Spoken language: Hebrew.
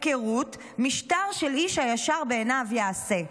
הפקרות משטר של "איש הישר בעיניו יעשה".